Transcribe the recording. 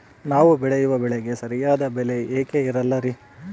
ನಾವು ಬೆಳೆಯುವ ಬೆಳೆಗೆ ಸರಿಯಾದ ಬೆಲೆ ಯಾಕೆ ಇರಲ್ಲಾರಿ?